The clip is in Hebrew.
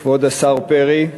כבוד השר פרי,